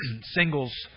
singles